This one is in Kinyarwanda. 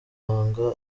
wanga